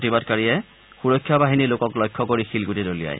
প্ৰতিবাদকাৰীয়ে সুৰক্ষা বাহিনীৰ লোকক লক্ষ্য কৰি শিলগুটি দলিয়ায়